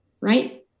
right